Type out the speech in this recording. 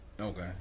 Okay